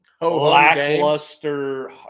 lackluster